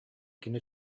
кини